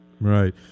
Right